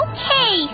Okay